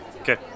Okay